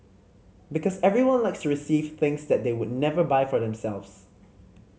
because everyone likes to receive things that they would never buy for themselves